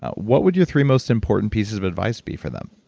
what would your three most important pieces of advice be for them?